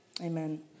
Amen